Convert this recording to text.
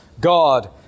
God